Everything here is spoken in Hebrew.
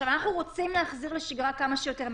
אנחנו רוצים להחזיר לשגרה כמה שיותר,